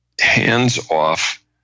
hands-off